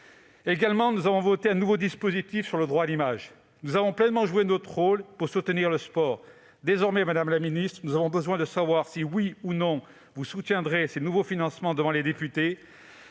également adopté un nouveau dispositif sur le droit à l'image. Nous avons donc pleinement joué notre rôle pour soutenir le sport. Désormais, madame la ministre, nous avons besoin de savoir si, oui ou non, vous soutiendrez ces nouveaux financements devant les députés.